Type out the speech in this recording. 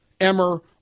Emmer